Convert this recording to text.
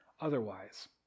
otherwise